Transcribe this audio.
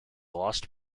lost